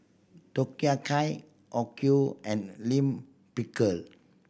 Takoyaki Okayu and Lime Pickle